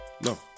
No